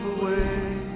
away